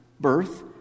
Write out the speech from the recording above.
birth